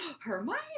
hermione